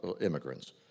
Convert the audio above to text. immigrants